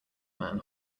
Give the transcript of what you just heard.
man